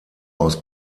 aus